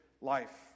life